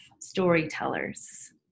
storytellers